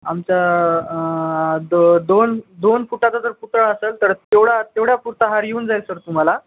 आमच्या दो दोन दोन फुटाचा जर पुतळा असेल तर तेवढा तेवढ्या पुरता हार येऊन जाईल सर तुम्हाला